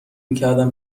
میکردم